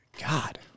God